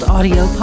Audio